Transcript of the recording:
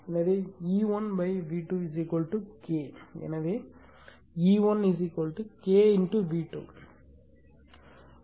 எனவே E1 V2 K எனவே E1 K V2